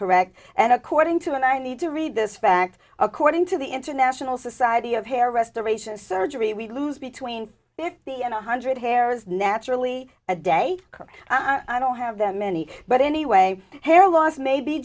correct and according to what i need to read this fact according to the international society of hair restoration surgery we lose between fifty and one hundred hairs naturally a day i don't have that many but anyway hair loss may be